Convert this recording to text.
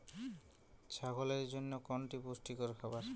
ছাগলের জন্য কোনটি পুষ্টিকর খাবার?